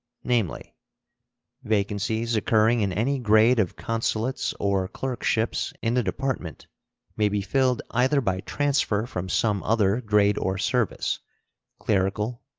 namely vacancies occurring in any grade of consulates or clerkships in the department may be filled either by transfer from some other grade or service clerical,